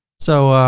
so,